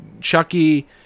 Chucky –